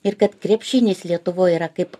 ir kad krepšinis lietuvoj yra kaip